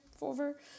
over